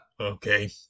Okay